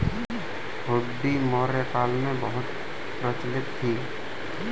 हुंडी मौर्य काल में बहुत प्रचलित थी